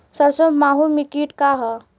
सरसो माहु किट का ह?